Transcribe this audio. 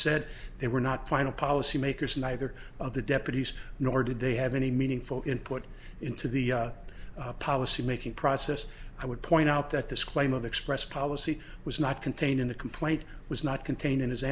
said they were not final policy makers neither of the deputies nor did they have any meaningful input into the policy making process i would point out that this claim of express policy was not contained in the complaint was not contained in his